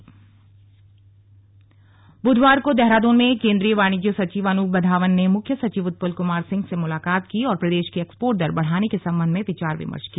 slug export दर बैठक बुधवार को देहरादून में केन्द्रीय वाणिज्य सचिव अनूप बधावन ने मुख्य सचिव उत्पल कुमार सिंह से मुलाकात की और प्रदेश की एक्सपोर्ट दर बढ़ाने के संबंध में विचार विमर्श किया